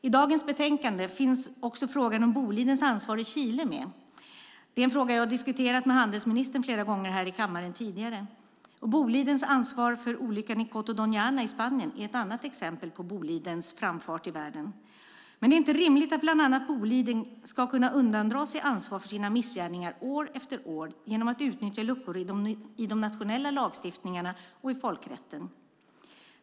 I dagens betänkande finns också frågan om Bolidens ansvar i Chile med. Den frågan har jag diskuterat med handelsministern flera gånger tidigare. Bolidens ansvar för olyckan i Coto de Doñana i Spanien är ett annat exempel på Bolidens framfart i världen. Det är inte rimligt att bland annat Boliden år efter år ska kunna undandra sig ansvar för sina missgärningar genom att utnyttja luckor i de nationella lagstiftningarna och i folkrätten.